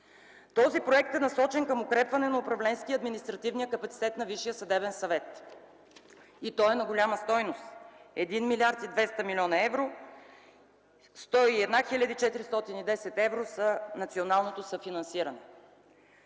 Този проект е насочен към укрепване на управленския и административния капацитет на Висшия съдебен съвет и той е на голяма стойност – 1 млрд. 200 млн. евро, 101 хил. 410 евро са националното съфинансиране.